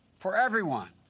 for everyone.